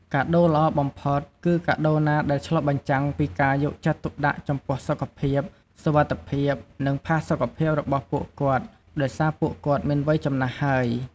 កាដូរល្អបំផុត គឺកាដូរណាដែលឆ្លុះបញ្ចាំងពីការយកចិត្តទុកដាក់ចំពោះសុខភាព សុវត្ថិភាព និងផាសុខភាពរបស់ពួកគាត់ដោយសារពួកគាត់មានវ័យចំណាស់ហើយ។